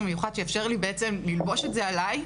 מיוחד שיאפשר לי בעצם ללבוש את זה עליי,